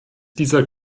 dieser